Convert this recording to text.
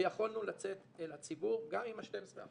ויכולנו לצאת אל הציבור גם עם ה-12%.